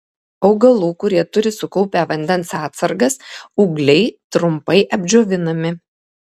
augalų kurie turi sukaupę vandens atsargas ūgliai trumpai apdžiovinami